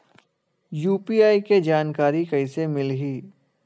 UPI के जानकारी कइसे मिलही?